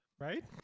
Right